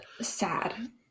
sad